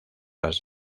las